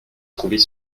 trouver